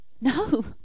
No